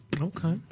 Okay